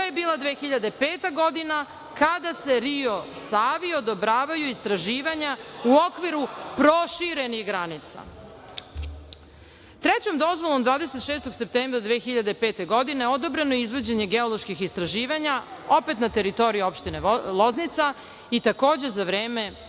to je bila 2005. godina kada se Rio Savi odobravaju istraživanja u okviru proširenih granica. Trećom dozvolom od 26. septembra 2005. godine odobreno je izvođenje geoloških istraživanja opet na teritoriji opštine Loznica i takođe za vreme